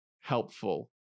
helpful